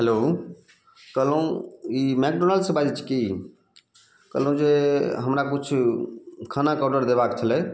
hello कहलहुँ ई मैक्डोनाल्डसँ बाजय छि की कहलहुँ जे हमरा किछु खानाके ऑर्डर देबाक छलै